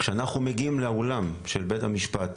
כשאנחנו מגיעים לאולם של בית המשפט,